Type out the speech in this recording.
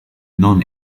non